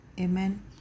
amen